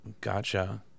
Gotcha